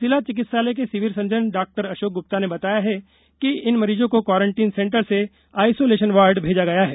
जिला चिकित्सालय के civil surgeon doctor Ashok Gupta ने बताया है कि इन मरीजों को क्वारंटीन सेंटर से आइसोलेशन वार्ड़ में भेजा गया है